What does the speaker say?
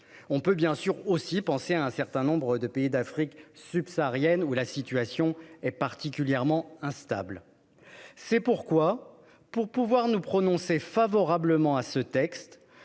On peut penser aussi à un certain nombre de pays d'Afrique subsaharienne, où la situation est particulièrement instable. C'est pourquoi, pour nous prononcer favorablement sur ce texte,